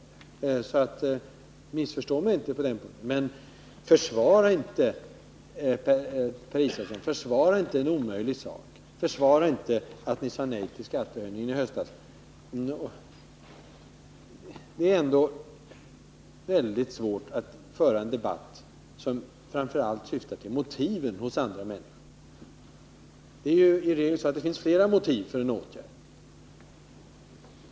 Missförstå mig inte på den punkten. Men, Per Israelsson, försvara inte en omöjlig sak, försvara inte att ni sade nej till skattehöjningen i höstas. Det är alltid svårt att föra en debatt om motiven hos andra människor. I regel finns det flera motiv för en åtgärd.